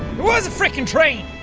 was a frickin train